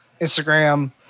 Instagram